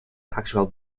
actual